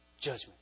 judgment